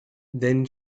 then